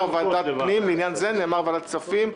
"ועדת פנים" לעניין זה נאמר "ועדת כספים",